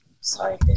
Sorry